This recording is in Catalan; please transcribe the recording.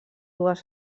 dues